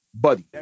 Buddy